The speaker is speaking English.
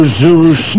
Zeus